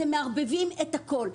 אתם מערבבים את הכול.